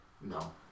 No